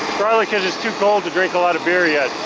probably because it's too cold to drink a lot of beer yet.